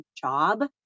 job